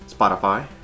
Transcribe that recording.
Spotify